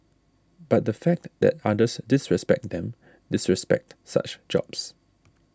but the fact that others disrespect them disrespect such jobs